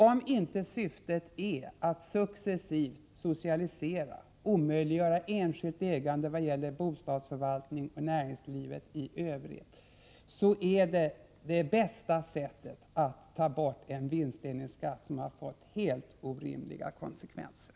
Om inte syftet är att successivt socialisera och omöjliggöra enskilt ägande vad gäller bostadsförvaltning liksom för näringslivet i övrigt, så är det bästa sättet att ta bort den vinstdelningsskatt som har så orimliga konsekvenser.